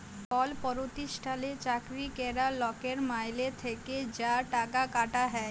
call পরতিষ্ঠালে চাকরি ক্যরা লকের মাইলে থ্যাকে যা টাকা কাটা হ্যয়